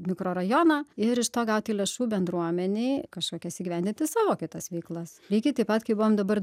mikrorajoną ir iš to gauti lėšų bendruomenei kažkokias įgyvendinti savo kitas veiklas lygiai taip pat kaip buvom dabar